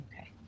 Okay